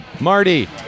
Marty